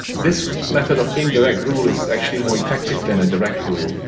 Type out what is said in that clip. this method of indirect rule is actually more effective than a direct rule,